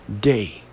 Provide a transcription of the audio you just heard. day